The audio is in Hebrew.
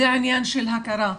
זה עניין של הכרה.